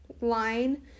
line